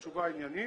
תשובה עניינית,